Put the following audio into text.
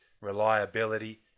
reliability